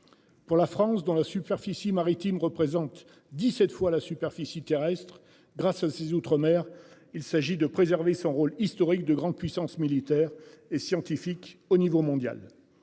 Pour la France dans la superficie maritime représente 17 fois la superficie terrestre grâce à ses outre-mer. Il s'agit de préserver son rôle historique de grande puissance militaire et scientifique au niveau mondial.